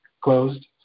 closed